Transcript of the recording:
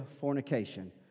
fornication